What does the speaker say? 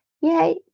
yay